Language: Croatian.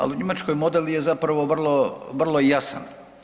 Ali u Njemačkoj model je zapravo vrlo jasan.